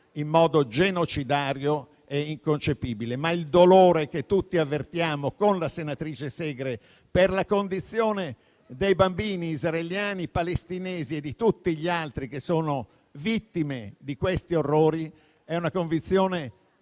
in modo genocidario e inconcepibile. Il dolore che tutti avvertiamo con la senatrice Segre per la condizione dei bambini israeliani, palestinesi e di tutte le altre vittime di questi orrori, è stato